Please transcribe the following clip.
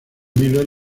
miller